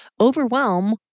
Overwhelm